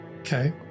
Okay